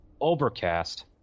Overcast